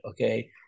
Okay